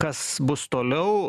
kas bus toliau